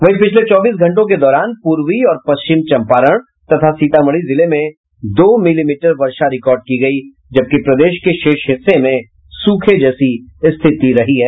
वहीं पिछले चौबीस घंटों के दौरान पूर्वी और पश्चिम चंपारण तथा सीतामढ़ी जिले में दो मिली मीटर वर्षा रिकार्ड की गयी जबकि प्रदेश के शेष हिस्से में सूखे जैसी रिथति रही है